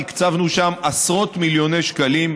תקצבנו שם עשרות מיליוני שקלים,